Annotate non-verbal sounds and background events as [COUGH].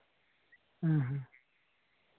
[UNINTELLIGIBLE]